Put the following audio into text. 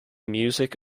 music